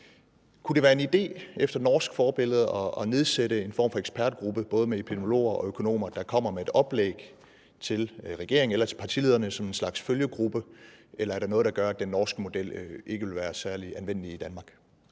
Kunne det være en idé efter norsk forbillede at nedsætte en form for ekspertgrupper med både epidemiologer og økonomer, der kommer med et oplæg til regeringen eller til partilederne, som en slags følgegruppe, eller er der noget, der gør, at den norske model ikke vil være særlig anvendelig i Danmark?